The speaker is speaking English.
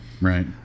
Right